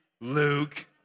Luke